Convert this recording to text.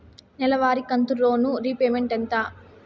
నెలవారి కంతు loan repayment ఎంత?